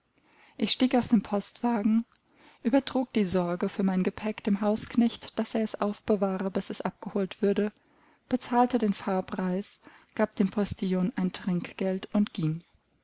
ich stieg aus dem postwagen übertrug die sorge für mein gepäck dem hausknecht daß er es aufbewahre bis es abgeholt würde bezahlte den fahrpreis gab dem postillon ein trinkgeld und ging